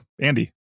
Andy